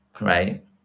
right